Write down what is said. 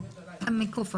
ב-מייל.